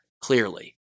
clearly